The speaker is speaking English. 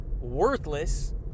worthless